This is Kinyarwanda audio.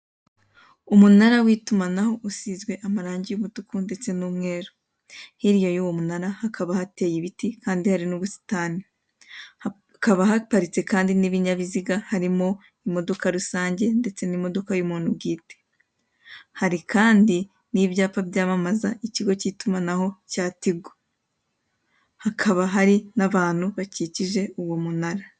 Umunara w'itumanaho usizwe amarangi y'umutuku ndetse n'umweru. Hirya y'uwo munara hakaba hateye ibiti kandi hari n'ubusitani. Hakaba haparitse kandi n'ibinyabiziga harimo imodoka rusange ndetse n'imodoka y'umuntu bwite. Hari kandi n'ibyapa byamamaze ikigo cy'itumanaho cya Tigo. Hakaba hari n'abantu bakikije uwo munara.